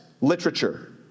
literature